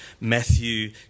Matthew